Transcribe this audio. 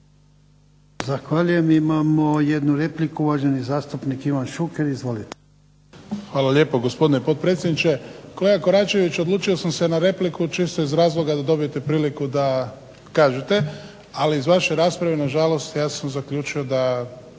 Zahvaljujem. Imamo jednu repliku gospodin zastupnik Ivan Šuker. Izvolite. **Šuker, Ivan (HDZ)** Hvala lijepo gospodine potpredsjedniče. Kolega Koračević odlučio sam se na repliku čisto iz razloga da dobijete priliku da kažete, ali iz vaše rasprave na žalost ja sam zaključio da